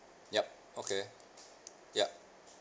yup okay yup